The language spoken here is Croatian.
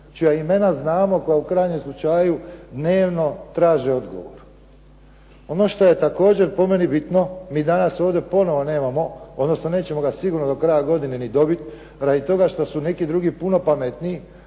čija imena znamo kao u krajnjem slučaju dnevno traže odgovor. Ono što je također po meni bitno mi danas ovdje ponovo nemamo, odnosno nećemo ga sigurno do kraja godine ni dobiti radi toga što su neki drugi puno pametniji